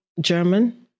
German